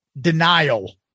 Denial